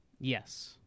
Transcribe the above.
Yes